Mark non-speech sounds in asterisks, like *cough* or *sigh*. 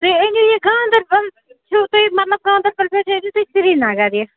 تُہۍ أنِو یہِ گاندَربَل چھُو تُہۍ مطلب گاندَربَل *unintelligible* تُہۍ سرینَگر یہِ